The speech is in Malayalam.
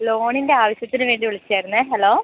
ലോണിൻ്റെ ആവശ്യത്തിന് വേണ്ടി വിളിച്ചതായിരുന്നേ ഹലോ